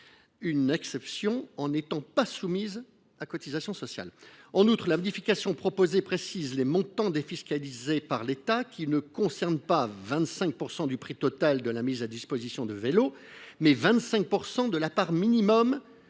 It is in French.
une exception en n’étant pas soumise à cotisations sociales. En outre, je propose de préciser les montants défiscalisés par l’État : non pas 25 % du prix total de la mise à disposition de vélo, mais 25 % de la part minimale